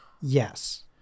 Yes